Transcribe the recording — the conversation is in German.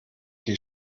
die